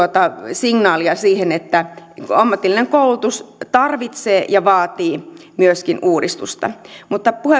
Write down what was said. signaalia siihen että ammatillinen koulutus tarvitsee ja vaatii myöskin uudistusta